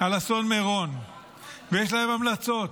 על אסון מירון ויש לה המלצות.